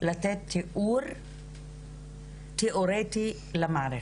לתת תיאור תאורטי למערכת.